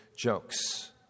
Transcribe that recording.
Jokes